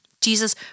Jesus